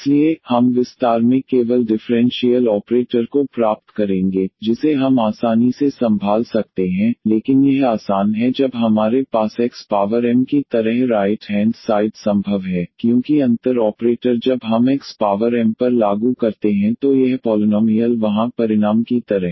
इसलिए हम विस्तार में केवल डिफरेंशियल ऑपरेटर को प्राप्त करेंगे जिसे हम आसानी से संभाल सकते हैं लेकिन यह आसान है जब हमारे पास x पावर m की तरह राइट हैंड साइड संभव है क्योंकि अंतर ऑपरेटर जब हम x पावर m पर लागू करते हैं तो यह पॉलिनॉमियल वहाँ परिणाम की तरह